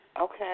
Okay